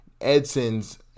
Edson's